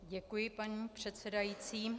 Děkuji, paní předsedající.